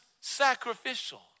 sacrificial